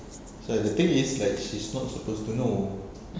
so the thing is like she's not supposed to know